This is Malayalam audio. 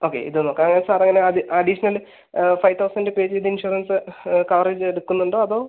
ഓക്കെ ഇത് നോക്കാ സാറ് പിന്ന അത് അഡീഷണൽ ഫൈവ് തൗസൻഡ് പേ ചെയ്ത് ഇൻഷുറൻസ് കവറേജ് എടുക്കുന്നുണ്ടോ അതോ